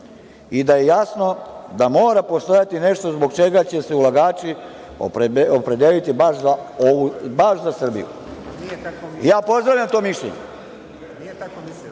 i da je jasno da „mora postojati nešto zbog čega će se ulagači opredeliti baš za Srbiju“. Ja pozdravljam to mišljenje.